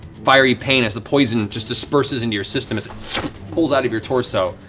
fiery pain as the poison just disperses into your system as it pulls out of your torso.